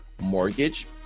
mortgage